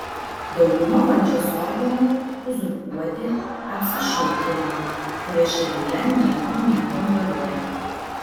dauguma valdžios organų uzurpuoti apsišaukėlių kurie šalyje nieko nekontroliuoja